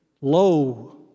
Lo